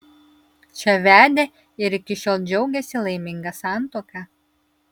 čia vedė ir iki šiol džiaugiasi laiminga santuoka